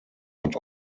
but